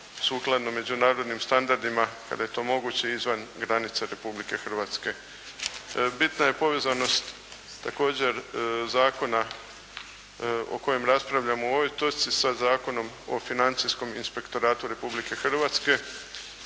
sukladno međunarodnim standardima kada je to moguće izvan granica Republike Hrvatske. Bitna je povezanost također zakona o kojem raspravljamo u ovoj točci sa Zakonom o financijskom inspektoratu Republike Hrvatske